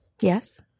Yes